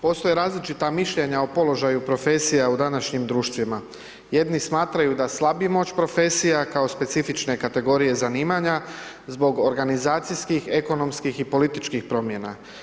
Postoje različita mišljenja o položaju profesija u današnjim društvima, jedni smatraju da slabi moć profesije kao specifične kategorije zanimanja zbog organizacijskih, ekonomskih i političkih promjena.